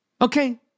okay